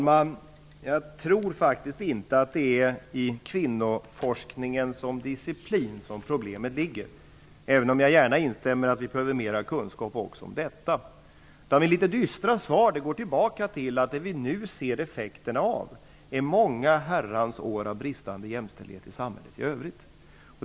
Fru talman! Jag tror inte att problemet ligger i kvinnoforskningen som diciplin, även om jag gärna instämmer i att vi behöver mer kunskap om det också. Mitt litet dystra svar går tillbaka till att vi nu ser effekterna av många herrans år av bristande jämställdhet i samhället i övrigt.